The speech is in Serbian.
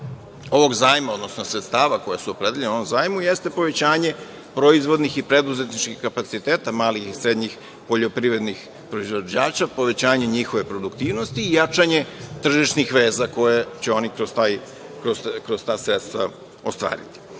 ovog zajma, odnosno, sredstava koja su opredeljena ovom zajmu jeste povećanje proizvodnih i preduzetničkih kapaciteta malih i srednjih poljoprivrednih proizvođača, povećanje njihove produktivnosti i jačanje tržišnih veza koje će oni kroz ta sredstva ostvariti. Ostvarenje